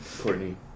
Courtney